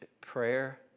prayer